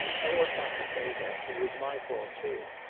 i ought not to say that. it was my fault, too.